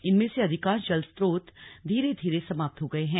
इनमें से अधिकांश जल स्रोत धीरे धीरे समाप्त हो गए हैं